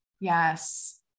Yes